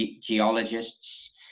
geologists